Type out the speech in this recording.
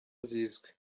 zizwi